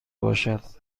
باشد